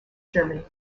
germany